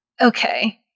Okay